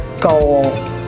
goal